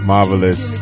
Marvelous